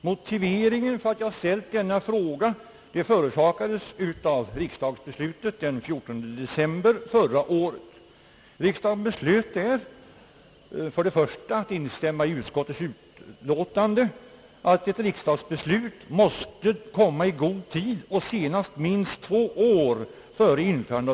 Anledningen till att jag ställt denna fråga är riksdagens beslut den 14 december förra året, som innebar att riksdagen instämde i vederbörande utskotts yttrande att ett riksdagsbeslut om införande av färgtelevision måste komma i god tid och senast minst två år före införandet.